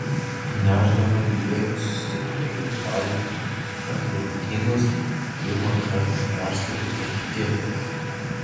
nešdama glėbius stiklainių padėti ant lentynos pirmą kartą perskaitau etiketes